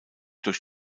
durch